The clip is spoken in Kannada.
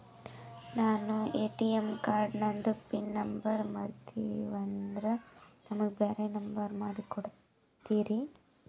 ನಾನು ಎ.ಟಿ.ಎಂ ಕಾರ್ಡಿಂದು ಪಿನ್ ನಂಬರ್ ಮರತೀವಂದ್ರ ನಮಗ ಬ್ಯಾರೆ ನಂಬರ್ ಮಾಡಿ ಕೊಡ್ತೀರಿ?